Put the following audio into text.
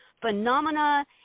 phenomena